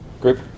Group